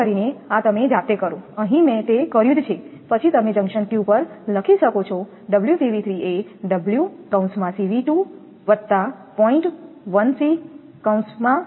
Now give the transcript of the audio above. કૃપા કરીને આ તમે જાતે કરો અહીં મેં તે કર્યું જ છે પછી તમે જંકશન Q પર લખી શકો છો 𝜔𝐶𝑉3 એ 𝜔 𝐶𝑉2 0